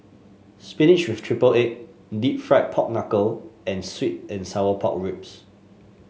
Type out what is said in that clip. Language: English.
spinach with triple egg deep fried Pork Knuckle and sweet and Sour Pork Ribs